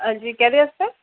हां जी केह्दे आस्तै